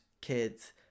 kids